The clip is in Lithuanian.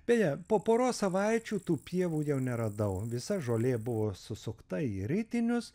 beje po poros savaičių tų pievų jau neradau visa žolė buvo susukta į ritinius